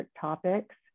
topics